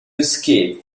escape